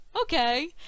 okay